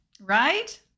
Right